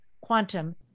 quantum